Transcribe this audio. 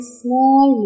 small